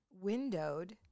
windowed